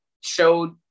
showed